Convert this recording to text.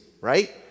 right